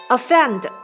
Offend